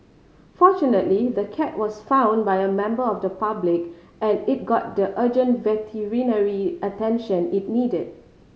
fortunately the cat was found by a member of the public and it got the urgent veterinary attention it needed